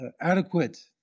adequate